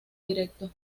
directo